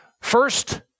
First